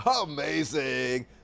amazing